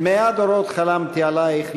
"מאה דורות חלמתי עלייך,